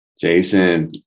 Jason